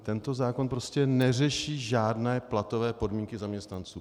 Tento zákon prostě neřeší žádné platové podmínky zaměstnanců.